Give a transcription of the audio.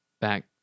back